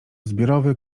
zbiorowy